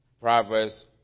Proverbs